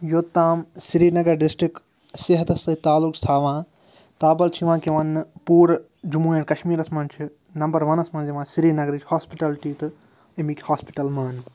یوٚتام سرینگر ڈِسٹرک صحتَس سۭتۍ تعلُق چھُ تھاوان تابل چھِ یِوان کہِ وَنٛنہٕ پوٗرٕ جموں اینٛڈ کشمیٖرَس منٛز چھِ نمبر وَنَس منٛز یِوان سرینگرٕچ ہاسپِٹَلٹی تہٕ ایٚمکۍ ہاسپِٹَل ماننہٕ